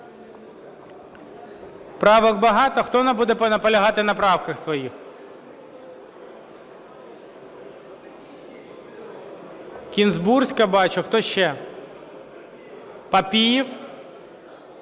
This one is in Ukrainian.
Правок багато. Хто буде наполягати на правках своїх? Кінзбурська, бачу. Хто ще? Папієв.